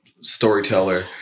storyteller